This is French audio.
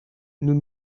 nous